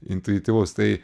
intuityvus tai